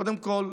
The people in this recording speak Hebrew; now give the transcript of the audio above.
קודם כול,